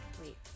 wait